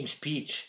speech